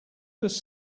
does